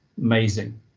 Amazing